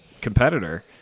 competitor